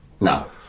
No